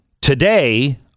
Today